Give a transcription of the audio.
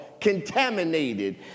contaminated